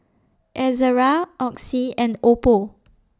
Ezerra Oxy and Oppo